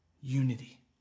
unity